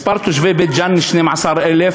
מספר תושבי בית-ג'ן הוא 12,000,